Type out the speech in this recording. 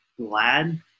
glad